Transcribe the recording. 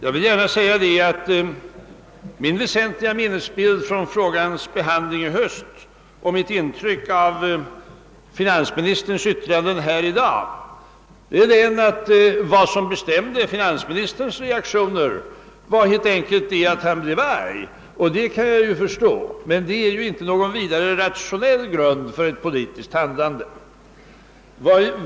Herr talman! Min väsentliga minnesbild av frågans behandling i höstas är — och det är mitt intryck av finansministerns yttrande även i dag — att vad som bestämde finansministerns reaktion helt enkelt var att han blev arg. Det kan jag ju förstå, men det är inte någon vidare rationell grund för ett politiskt handlande.